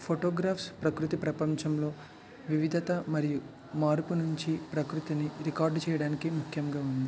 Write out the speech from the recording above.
photographs ప్రకృతి ప్రపంచంలో వివిధ మరియు మార్పుని మించి ప్రకృతిని రికార్డు చేయడానికి ముఖ్యంగా ఉంది